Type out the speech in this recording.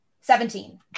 seventeen